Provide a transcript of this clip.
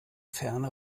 ferne